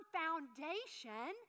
foundation